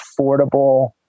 affordable